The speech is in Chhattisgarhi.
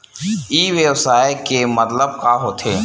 ई व्यवसाय के मतलब का होथे?